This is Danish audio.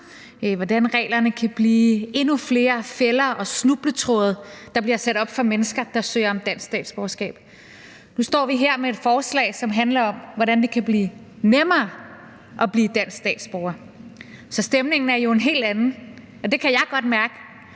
hvordan reglerne kan blive til endnu flere fælder og snubletråde, der bliver sat op for mennesker, der søger om dansk statsborgerskab. Nu står vi her med et forslag, som handler om, hvordan det kan blive nemmere at blive dansk statsborger, så stemningen er jo en helt anden, og det kan jeg godt mærke,